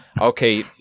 okay